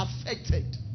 affected